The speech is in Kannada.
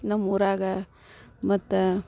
ನಮ್ಮ ಊರಾಗೆ ಮತ್ತು